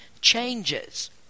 changes